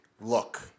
look